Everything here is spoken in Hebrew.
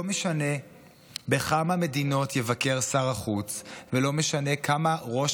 לא משנה בכמה מדינות יבקר שר החוץ ולא משנה כמה ראש